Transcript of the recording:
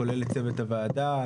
כולל לצוות הוועדה,